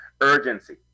urgency